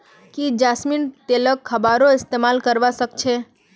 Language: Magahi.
की जैस्मिनेर तेलक खाबारो इस्तमाल करवा सख छ